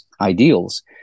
ideals